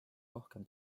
rohkem